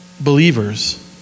believers